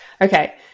Okay